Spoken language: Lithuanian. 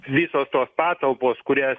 viso tos patalpos kurias